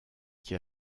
qui